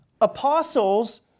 Apostles